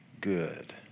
good